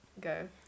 go